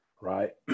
right